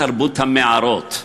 תרבות המערות,